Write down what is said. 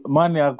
Money